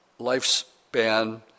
lifespan